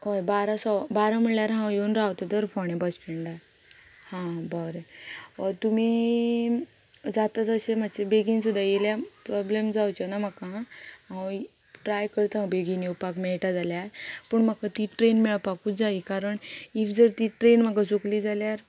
हय बारा सवा बारा म्हळ्यार हांव येवन रावता तर फोण्या बस स्टेंडार हा बरें तुमी जाता जशे म्हाजे बेगीन सुद्दा येयल्या प्रोब्लेम जावचें ना म्हाका हांव ट्राय करता बेगीन येवपाक मेळटा जाल्यार पूण म्हाका ती ट्रेन मेळपाकूच जाय कारण इफ जर ती ट्रेन म्हाका चुकली जाल्यार